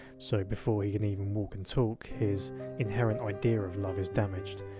so before he can even walk and talk, his inherent idea of love is damaged.